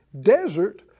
desert